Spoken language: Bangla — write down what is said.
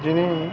যিনি